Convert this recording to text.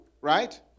right